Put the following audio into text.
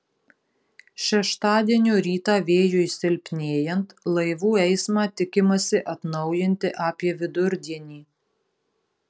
šeštadienio rytą vėjui silpnėjant laivų eismą tikimasi atnaujinti apie vidurdienį